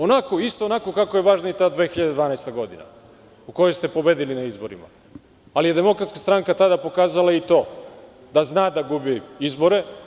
Onako, isto onako kako je važna i ta 2012. godina u kojoj ste pobedili na izborima, ali je DS pokazala tada i to da zna da gubi izbore.